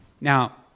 Now